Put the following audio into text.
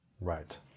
Right